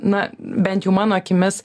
na bent jau mano akimis